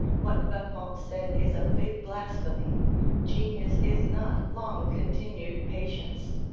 what buffon said is a big blasphemy genius is not long-continued patience.